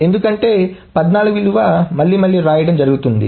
ఎందుకంటే 14 విలువ మళ్లీ మళ్లీ వ్రాయడం జరుగుతుంది